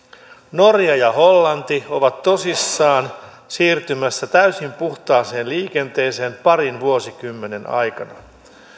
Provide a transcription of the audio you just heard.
norja ja hollanti ovat tosissaan siirtymässä täysin puhtaaseen liikenteeseen parin vuosikymmenen aikana